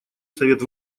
совет